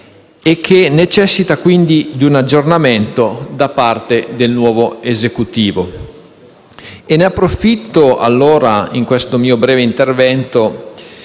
e necessita quindi di un aggiornamento da parte del nuovo Esecutivo. Ne approfitto allora, in questo mio breve intervento,